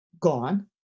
gone